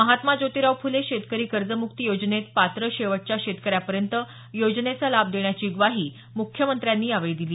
महात्मा जोतिराव फुले शेतकरी कर्जमुक्ती योजनेत पात्र शेवटच्या शेतकऱ्यांपर्यंत योजनेचा लाभ देण्याची ग्वाही मुख्यमंत्र्यांनी यावेळी दिली